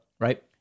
Right